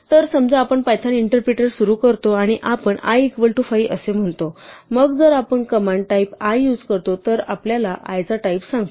तर समजा आपण पायथॉन इंटरप्रिटर सुरू करतो आणि आपण i इक्वल टू 5 असे म्हणतो मग जर आपण हा कमांड टाइप i युझ करतो तर तो आपल्याला i चा टाईप सांगतो